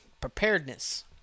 preparedness